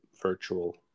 virtual